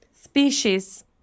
species